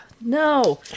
No